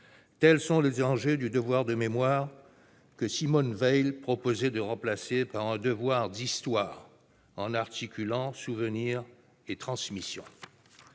tels sont les enjeux du devoir de mémoire, que Simone Veil proposait de remplacer par un devoir d'histoire, articulant souvenir et transmission.